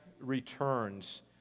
returns